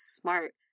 smart